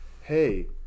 hey